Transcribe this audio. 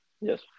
Yes